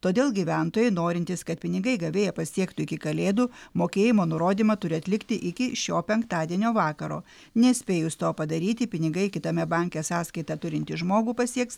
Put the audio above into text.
todėl gyventojai norintys kad pinigai gavėją pasiektų iki kalėdų mokėjimo nurodymą turi atlikti iki šio penktadienio vakaro nespėjus to padaryti pinigai kitame banke sąskaitą turintį žmogų pasieks